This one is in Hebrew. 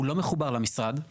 הוא לא מחובר למשרד,